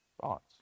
thoughts